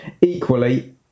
equally